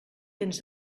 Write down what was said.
tens